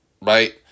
Right